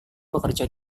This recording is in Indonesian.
bekerja